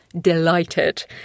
delighted